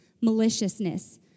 maliciousness